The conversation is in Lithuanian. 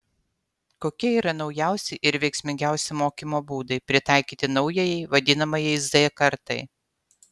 kokie yra naujausi ir veiksmingiausi mokymo būdai pritaikyti naujajai vadinamajai z kartai